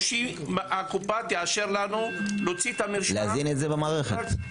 או שהקופה תאשר לנו להוציא את המרשם --- להזין את זה במערכת.